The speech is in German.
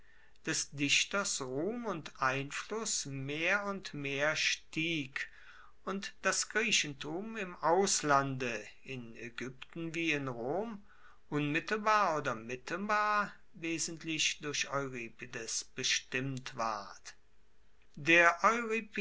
des dichters ruhm und einfluss mehr und mehr stieg und das griechentum im auslande in aegypten wie in rom unmittelbar oder mittelbar wesentlich durch euripides bestimmt ward der